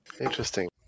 interesting